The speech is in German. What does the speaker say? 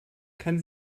kann